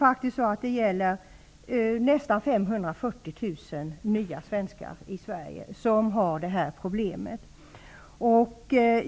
Närmare 540 000 nya svenskar i Sverige berörs av detta problem.